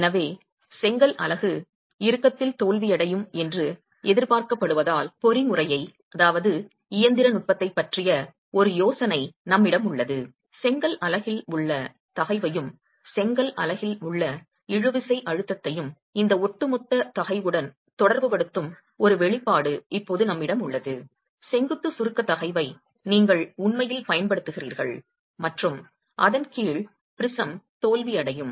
எனவே செங்கல் அலகு இறுக்கத்தில் தோல்வியடையும் என்று எதிர்பார்க்கப்படுவதால் பொறிமுறையைப் இயந்திர நுட்பம் பற்றிய ஒரு யோசனை நம்மிடம் உள்ளது செங்கல் அலகில் உள்ள தகைவையும் செங்கல் அலகில் உள்ள இழுவிசை அழுத்தத்தையும் இந்த ஒட்டுமொத்த தகைஉடன் தொடர்புபடுத்தும் ஒரு வெளிப்பாடு இப்போது நம்மிடம் உள்ளது செங்குத்து சுருக்க தகைவை நீங்கள் உண்மையில் பயன்படுத்துகிறீர்கள் மற்றும் அதன் கீழ் ப்ரிஸம் தோல்வியடையும்